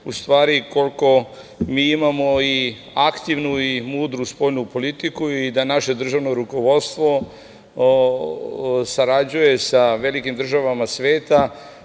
u stvari koliko mi imamo aktivnu i mudru spoljnu politiku i da naše državno rukovodstvo sarađuje sa velikim državama sveta,